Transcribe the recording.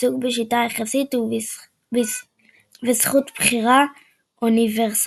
ייצוג בשיטה היחסית וזכות בחירה אוניברסלית.